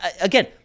again